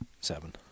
Seven